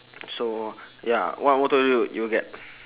so ya what motor you you get